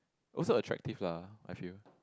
also attractive lah I feel